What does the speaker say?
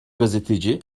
gazeteci